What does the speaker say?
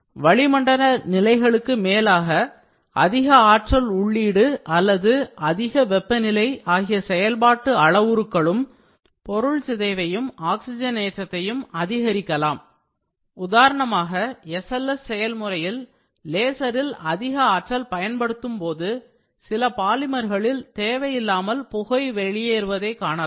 வளிமண்டல நிலைகளுக்கு மேலாக அதிக ஆற்றல் உள்ளீடு அல்லது அதிக வெப்பநிலை ஆகிய செயல்பாட்டு அளவுருகளும் பொருள் சிதைவையும் ஆக்சிஜன் ஏற்றத்தையும் அதிகரிக்கலாம் உதாரணமாக SLS செயல்முறையில் லேசரில் அதிக ஆற்றல் பயன்படுத்தும்போது சில பாலிமர்களில் தேவை இல்லாமல் புகை வெளியேறுவதை காணலாம்